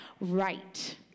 right